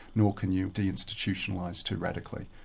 nor can you de-institutionalise too radically.